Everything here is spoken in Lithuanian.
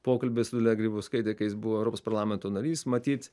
pokalbis su dalia grybauskaite kai jis buvo europos parlamento narys matyt